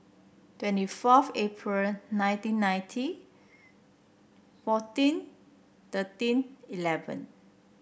twenty fourth April nineteen ninety fourteen thirteen eleven